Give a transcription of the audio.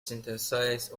synthesized